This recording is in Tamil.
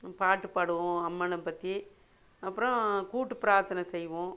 பாட்டு பாடுவோம் அம்மனை பற்றி அப்புறம் கூட்டுப் பிராத்தனை செய்வோம்